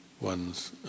one's